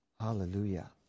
Hallelujah